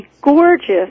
gorgeous